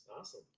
Awesome